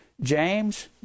James